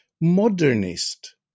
modernist